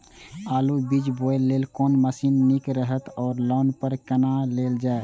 आलु बीज बोय लेल कोन मशीन निक रहैत ओर लोन पर केना लेल जाय?